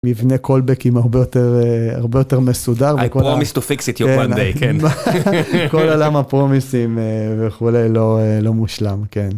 מבנה call back עם הרבה יותר הרבה יותר מסודר, כל עולם ה promise וכו' לא מושלם.